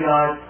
God